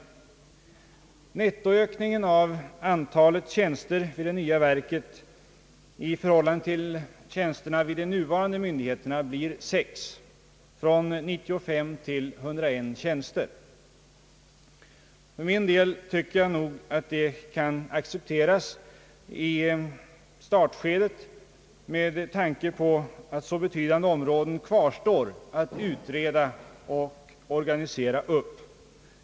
Nettoökningen av antalet tjänster vid det nya verket i förhållande till tjänsterna vid de nuvarande myndigheterna blir 6 tjänster — från 95 till 101 tjänster. För min del tycker jag att detta kan accepteras i startskedet med tanke på att så betydande områden kvarstår att utreda och organisera.